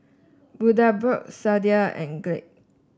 Bundaberg Sadia and Glade